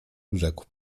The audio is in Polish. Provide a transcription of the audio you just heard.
rzekł